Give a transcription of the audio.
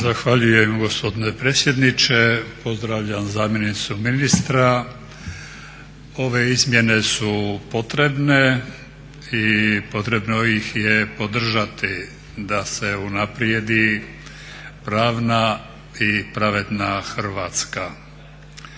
Zahvaljujem gospodine predsjedniče, pozdravljam zamjenicu ministra. Ove izmjene su potrebne i potrebno ih je podržati da se unaprijedi pravna i pravedna Hrvatska.